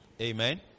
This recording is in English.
Amen